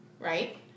Right